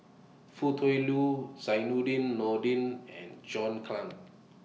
Foo Tui Liew Zainudin Nordin and John Clang